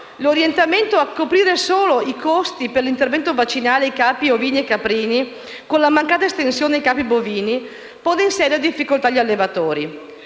l'orientamento a coprire solo i costi per l'intervento vaccinale sui capi ovini e caprini, con la mancata estensione ai capi bovini, pongono in seria difficoltà gli allevatori.